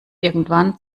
irgendwann